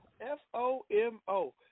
F-O-M-O